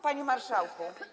Panie marszałku.